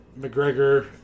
McGregor